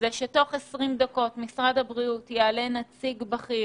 שתוך 20 דקות משרד הבריאות יעלה נציג בכיר.